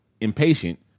impatient